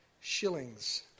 shillings